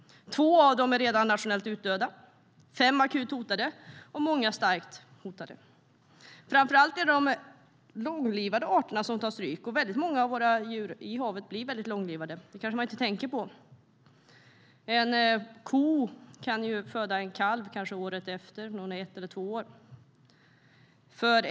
Två av dem är redan nationellt utdöda, fem akut hotade och många starkt hotade. Framför allt är det de långlivade arterna som tar stryk. Många av våra djur i havet blir långlivade, vilket man kanske inte tänker på. En ko kan föda en kalv när hon är ett eller två år.